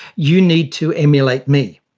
you need to emulate me'.